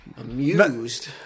Amused